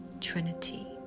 Trinity